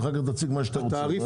ואחר כך תציג מה שאתה רוצה.